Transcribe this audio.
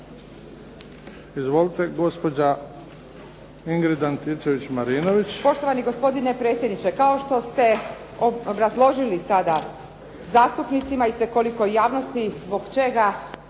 Marinović, Ingrid (SDP)** Poštovani gospodine predsjedniče. Kao što ste obrazložili sada zastupnicima i svekolikoj javnosti zbog čega